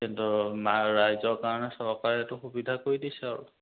কিন্তু ৰাইজৰ কাৰণে চৰকাৰে এইটো সুবিধা কৰি দিছে আৰু